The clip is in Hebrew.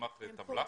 מסמך טבלה.